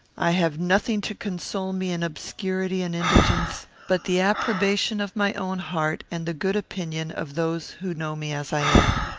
i have nothing to console me in obscurity and indigence, but the approbation of my own heart and the good opinion of those who know me as i am.